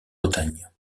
bretagne